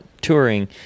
touring